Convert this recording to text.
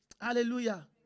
Hallelujah